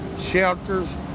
Shelters